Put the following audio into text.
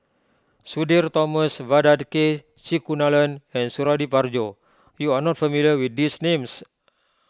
Sudhir Thomas Vadaketh C Kunalan and Suradi Parjo you are not familiar with these names